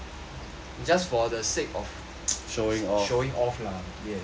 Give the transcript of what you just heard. it's just for the sake of showing off lah